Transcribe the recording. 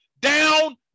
down